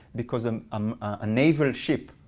because um um a naval ship,